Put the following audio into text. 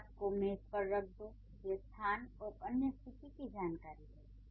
किताब को मेज पर रख दो यह स्थान और अन्य स्थितियों की जानकारी है